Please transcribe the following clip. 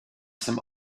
some